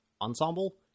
ensemble-